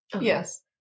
Yes